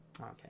Okay